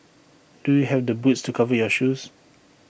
do you have the boots to cover your shoes